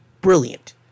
brilliant